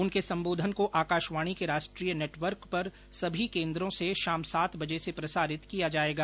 उनके संबोधन को आकाशवाणी के राष्ट्रीय नेटवर्क पर सभी केन्द्रों से शाम सात बजे से प्रसारित किया जायेगा